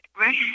right